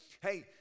hey